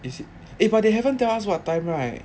is it eh but they haven't tell us what time right